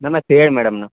ನಮಸ್ತೆ ಹೇಳಿ ಮೇಡಮ್ ನ